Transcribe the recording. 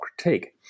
critique